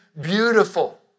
beautiful